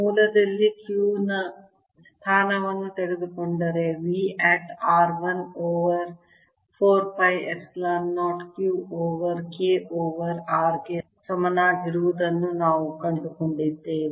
ಮೂಲದಲ್ಲಿ Q ನ ಸ್ಥಾನವನ್ನು ತೆಗೆದುಕೊಂಡರೆ V at r 1 over 4 pi epsilon 0 Q over K over r ಗೆ ಸಮನಾಗಿರುವುದನ್ನು ನಾವು ಕಂಡುಕೊಂಡಿದ್ದೇವೆ